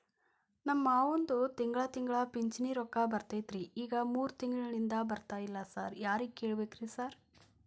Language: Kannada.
ನಮ್ ಮಾವಂದು ತಿಂಗಳಾ ತಿಂಗಳಾ ಪಿಂಚಿಣಿ ರೊಕ್ಕ ಬರ್ತಿತ್ರಿ ಈಗ ಮೂರ್ ತಿಂಗ್ಳನಿಂದ ಬರ್ತಾ ಇಲ್ಲ ಸಾರ್ ಯಾರಿಗ್ ಕೇಳ್ಬೇಕ್ರಿ ಸಾರ್?